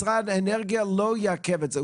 משרד האנרגיה לא יעכב את זה,